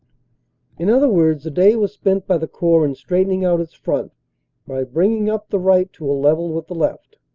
in other words, the day was spent by the corps in straight ening out its front by bringing up the right to a level with the left.